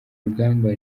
urugamba